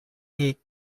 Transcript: ache